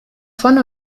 von